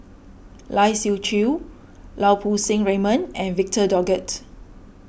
Lai Siu Chiu Lau Poo Seng Raymond and Victor Doggett